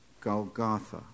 Golgotha